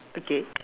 okay